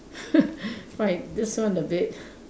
right this one a bit